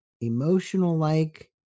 emotional-like